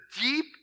deep